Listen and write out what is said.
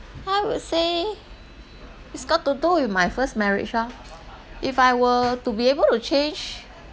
I would say it's got to do with my first marriage ah if I were to be able to change